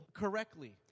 correctly